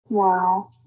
Wow